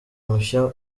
mushya